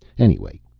anyway,